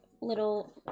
little